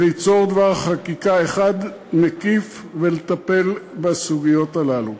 וליצור דבר חקיקה אחד מקיף ולטפל בסוגיות הללו.